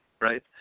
right